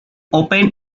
open